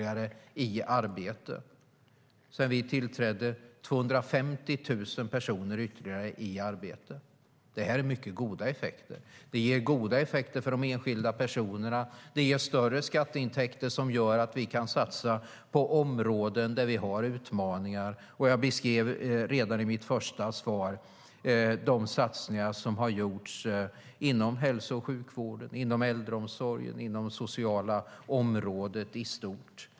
Sedan Alliansen tillträdde är det fråga om ytterligare 250 000 personer i arbete. Det är mycket goda effekter. Det blir goda effekter för enskilda personer och större skatteintäkter. Då kan vi satsa på områden där det finns utmaningar. Jag beskrev redan i mitt första svar de satsningar som har gjorts inom hälso och sjukvården, inom äldreomsorgen och det sociala området i stort.